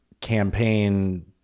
campaign